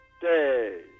day